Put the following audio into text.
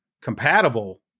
compatible